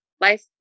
life